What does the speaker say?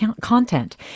content